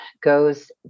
goes